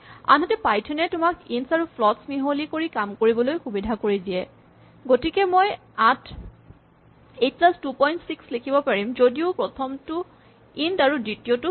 সাধাৰণতে পাইথন এ তোমাক ইন্টছ আৰু ফ্লটছ মিহলি কৰি কাম কৰিবলৈ সুবিধা কৰি দিয়ে গতিকে মই ৮ প্লাচ ২৬ লিখিব পাৰিম যদিও প্ৰথমটো ইন্ট আৰু দ্বিতীয়টো ফ্লট